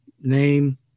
name